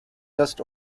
just